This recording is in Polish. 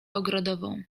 ogrodową